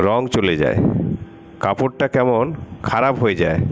রং চলে যায় কাপড়টা কেমন খারাপ হয়ে যায়